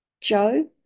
Joe